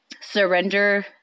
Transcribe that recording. surrender